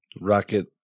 rocket